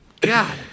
God